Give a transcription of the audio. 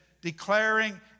declaring